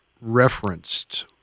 referenced